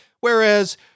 whereas